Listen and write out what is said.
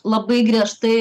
labai griežtai